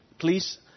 Please